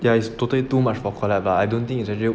yeah it's totally too much for collab ah I don't think it's actually